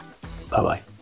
Bye-bye